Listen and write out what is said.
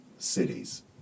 cities